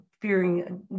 fearing